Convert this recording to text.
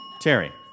Terry